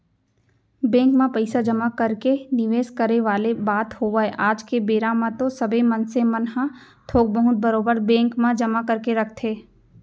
bank म पइसा जमा करके निवेस करे वाले बात होवय आज के बेरा म तो सबे मनसे मन ह थोक बहुत बरोबर बेंक म जमा करके रखथे